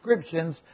descriptions